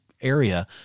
area